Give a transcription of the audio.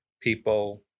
people